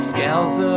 Scales